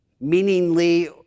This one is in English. meaningly